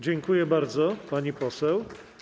Dziękuję bardzo, pani poseł.